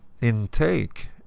intake